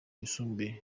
yisumbuye